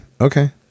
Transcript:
Okay